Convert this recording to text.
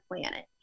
planet